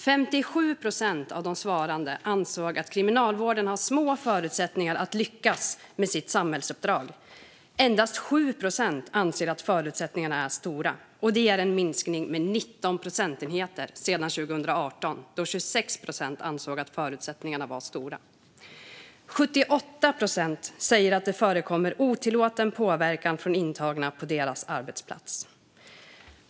57 procent av de svarande ansåg att Kriminalvården har små förutsättningar att lyckas med sitt samhällsuppdrag. Endast 7 procent anser att förutsättningarna är stora. Det är en minskning med 19 procentenheter sedan 2018, då 26 procent ansåg att förutsättningarna var stora. 78 procent säger att det förekommer otillåten påverkan från intagna på deras arbetsplats.